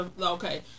Okay